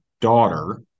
daughter